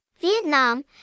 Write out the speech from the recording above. Vietnam